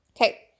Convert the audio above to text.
okay